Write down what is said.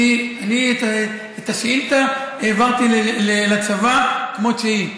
אני את השאילתה העברתי לצבא כמו שהיא.